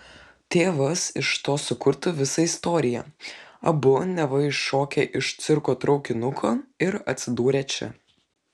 tėvas iš to sukurtų visą istoriją abu neva iššokę iš cirko traukinuko ir atsidūrę čia